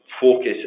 Focus